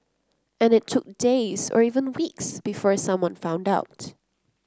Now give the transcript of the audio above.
and it took days or even weeks before someone found out